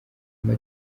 ama